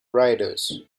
riders